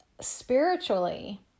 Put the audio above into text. spiritually